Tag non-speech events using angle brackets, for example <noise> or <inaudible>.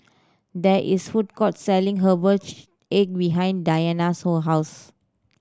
there is food court selling herbal <unintelligible> egg behind Dianna's <unintelligible> house